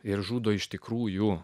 ir žudo iš tikrųjų